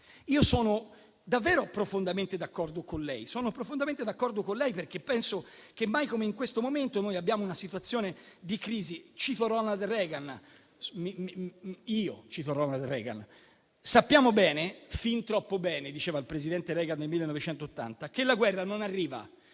Sono davvero profondamente d'accordo con lei, perché penso che mai come in questo momento abbiamo una situazione di crisi. Cito Ronald Reagan, sì, lo faccio io: sappiamo bene, fin troppo bene - diceva il presidente Reagan nel 1980 - che la guerra non arriva